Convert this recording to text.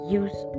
use